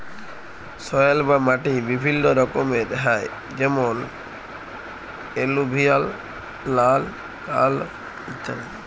soil বা মাটি বিভিল্য রকমের হ্যয় যেমন এলুভিয়াল, লাল, কাল ইত্যাদি